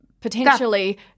potentially